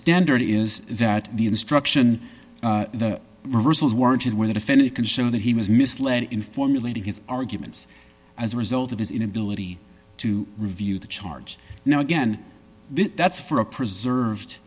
standard is that the instruction the reversals warranted where the defendant can show that he was misled in formulating his arguments as a result of his inability to review the charge now again that's for a preserved